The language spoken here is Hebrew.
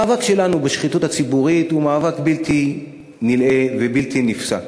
המאבק שלנו בשחיתות הציבורית הוא מאבק בלתי נלאה ובלתי נפסק,